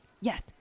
Yes